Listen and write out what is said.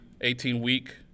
18-week